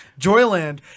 Joyland